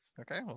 Okay